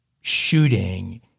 shooting